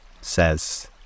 says